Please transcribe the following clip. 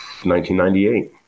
1998